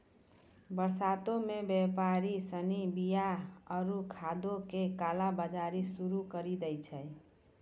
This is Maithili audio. बरसातो मे व्यापारि सिनी बीया आरु खादो के काला बजारी शुरू करि दै छै